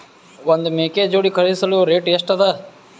ಒಂದ್ ಮೇಕೆ ಜೋಡಿ ಖರಿದಿಸಲು ರೇಟ್ ಎಷ್ಟ ಅದ?